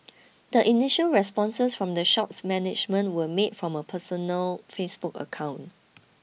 the initial responses from the shop's management were made from a personal Facebook account